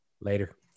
Later